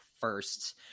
first